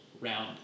round